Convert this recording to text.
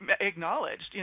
acknowledged